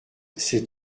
c’est